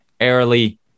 early